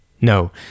No